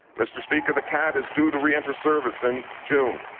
mr. speaker, the cat is due to re-enter service in june.